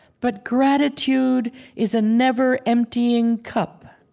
but gratitude is a never-emptying cup,